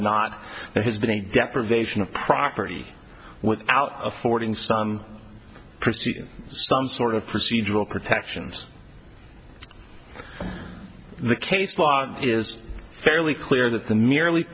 not there has been a deprivation of property without affording some some sort of procedural protections the case law is fairly clear that the merely